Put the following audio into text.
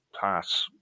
pass